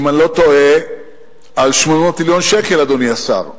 אם איני טועה על 800 מיליון שקל, אדוני השר.